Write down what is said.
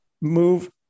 move